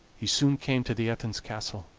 he soon came to the etin's castle,